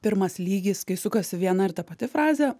pirmas lygis kai sukasi viena ir ta pati frazė